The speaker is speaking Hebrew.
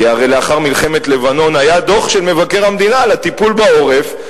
כי הרי לאחר מלחמת לבנון היה דוח של מבקר המדינה על הטיפול בעורף,